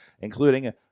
including